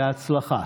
בהצלחה.